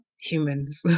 humans